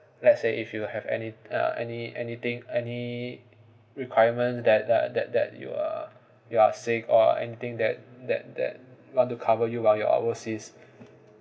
let's say if you have any uh any anything any requirement that uh that that you are you are sick or anything that that that want to cover you while you are overseas